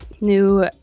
new